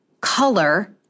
color